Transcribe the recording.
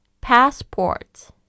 Passport